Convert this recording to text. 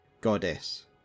goddess